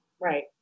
Right